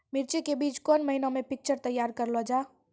मिर्ची के बीज कौन महीना मे पिक्चर तैयार करऽ लो जा?